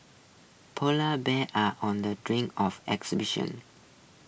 Polar Bears are on the drink of extinction